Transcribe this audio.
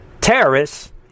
terrorists